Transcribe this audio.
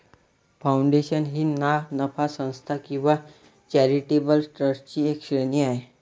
foundation ही ना नफा संस्था किंवा चॅरिटेबल ट्रस्टची एक श्रेणी आहे